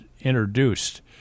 introduced